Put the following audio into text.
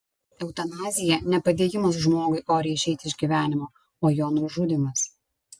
eutanazija ne padėjimas žmogui oriai išeiti iš gyvenimo o jo nužudymas